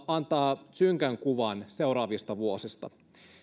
antaa synkän kuvan seuraavista vuosista